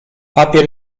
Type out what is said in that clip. papier